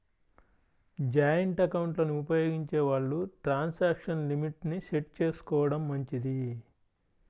joint ఎకౌంట్లను ఉపయోగించే వాళ్ళు ట్రాన్సాక్షన్ లిమిట్ ని సెట్ చేసుకోడం మంచిది